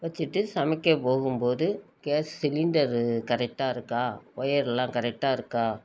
வெச்சுட்டு சமைக்க போகும்போது கேஸ் சிலிண்டரு கரெக்டாக இருக்கா ஒயர்லாம் கரெக்டாக இருக்கா